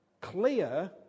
clear